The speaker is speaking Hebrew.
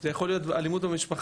זה יכול להיות אלימות במשפחה,